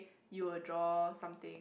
you will draw something